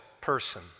person